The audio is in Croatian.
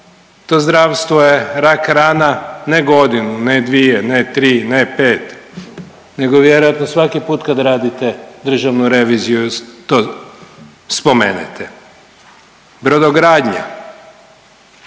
to zdravstvo je rak rana ne godinu, ne dvije, ne tri, ne pet, nego vjerojatno svaki put kad radite državnu reviziju to spomenete. Brodogradnja,